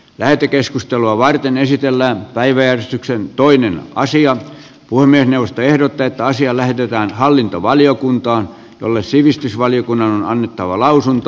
lähetekeskustelua varten esitellään päiväjärjestyksen toinen asia on puhemiesneuvosto ehdottaa että asia lähetetään hallintovaliokuntaan jolle sivistysvaliokunnan on annettava lausunto